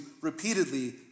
repeatedly